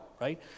right